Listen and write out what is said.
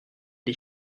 des